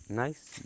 nice